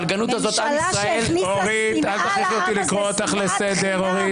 ממשלה שהכניסה שנאה לעם הזה, שנאת חינם.